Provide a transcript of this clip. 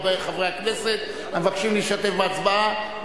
חברי הכנסת המבקשים להשתתף בהצבעה.